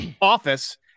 office